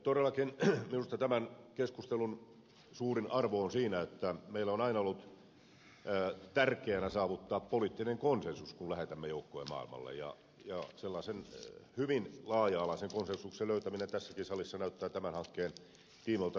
todellakin minusta tämän keskustelun suurin arvo on siinä että meille on aina ollut tärkeää saavuttaa poliittinen konsensus kun lähetämme joukkoja maailmalle ja sellainen hyvin laaja alainen konsensus tässäkin salissa näyttää tämän hankkeen tiimoilta nyt löytyvän